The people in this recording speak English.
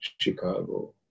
Chicago